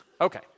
Okay